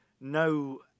no